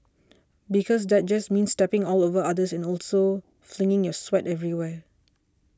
because that just means stepping all over others and also flinging your sweat everywhere